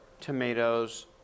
tomatoes